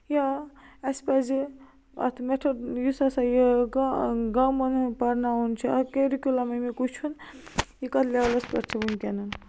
یا اَسہِ پَزِ اَتھ میٚتھڈ یُس ہَسا یہِ کانٛہہ گامن ہُنٛد پرناوُن چھُ اَکھ کیٚرِکیولم اَمیُک وٕچھُن یہِ کَتھ لیولس پٮ۪ٹھ چھُ وٕنکٮ۪ن